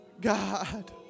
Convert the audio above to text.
God